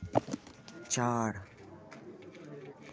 चार